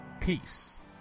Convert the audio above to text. Peace